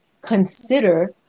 consider